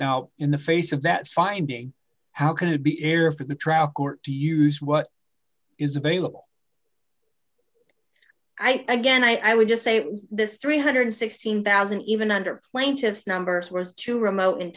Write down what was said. now in the face of that finding how could it be error for the trial court to use what is available i guess i would just say this three hundred and sixteen thousand even under plaintiff's numbers was too remote in